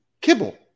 kibble